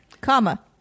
Comma